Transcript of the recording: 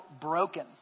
broken